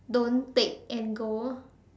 don't take and go